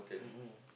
mmhmm